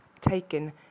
taken